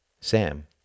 Sam